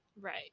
Right